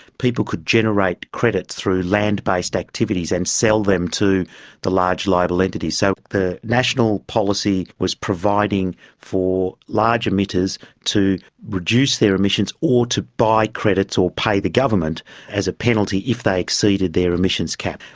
people could generate credits through land-based activities and sell them to the large liable entities. so the national policy was providing for large emitters to reduce their emissions or to buy credits or pay the government as a penalty if they exceeded their emissions cap.